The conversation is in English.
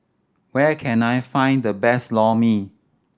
where can I find the best Lor Mee